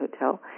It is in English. Hotel